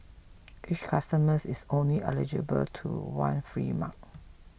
each customers is only eligible to one free mug